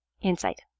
Insight